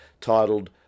titled